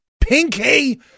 Pinky